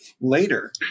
Later